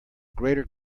greater